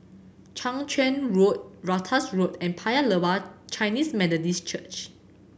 Chang Charn Road Ratus Road and Paya Lebar Chinese Methodist Church